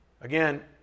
Again